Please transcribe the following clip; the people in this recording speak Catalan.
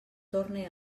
torne